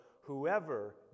whoever